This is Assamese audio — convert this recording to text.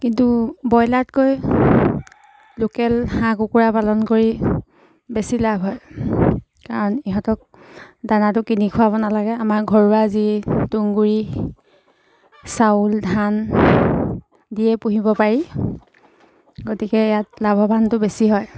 কিন্তু বইলাতকৈ লোকেল হাঁহ কুকুৰা পালন কৰি বেছি লাভ হয় কাৰণ ইহঁতক দানাটো কিনি খুৱাব নালাগে আমাৰ ঘৰুৱা যি তুঁহগুৰি চাউল ধান দিয়ে পুহিব পাৰি গতিকে ইয়াত লাভৱানটো বেছি হয়